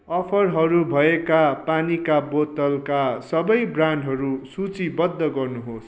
अफरहरू भएका पानीका बोतलका सबै ब्रान्डहरू सूचीबद्ध गर्नुहोस्